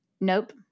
nope